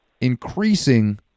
increasing